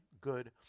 good